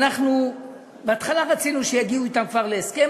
אנחנו בהתחלה רצינו שיגיעו אתם כבר להסכם,